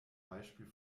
beispiel